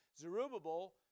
Zerubbabel